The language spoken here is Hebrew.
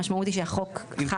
המשמעות היא שהחוק חל.